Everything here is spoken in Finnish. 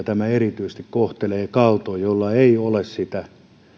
tämä kohtelee kaltoin erityisesti pienituloisia joilla ei ole sitä